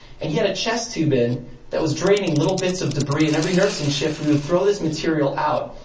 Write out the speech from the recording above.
and he had a chest tube in that was draining little bits of debris. and every nursing shift, we would throw this material out.